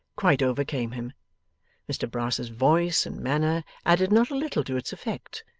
quite overcame him mr brass's voice and manner added not a little to its effect,